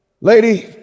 Lady